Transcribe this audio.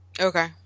Okay